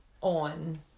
on